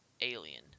alien